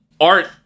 Art